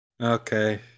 Okay